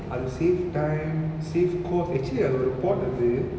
I'll save time save cost actually அது ஒரு போட்றது:athu oru potrathu